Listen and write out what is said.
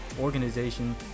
organization